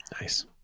Nice